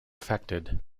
affected